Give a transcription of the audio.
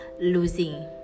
losing